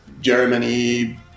Germany